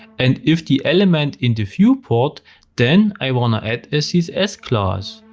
and if the element in the viewport then i wanna add a css class.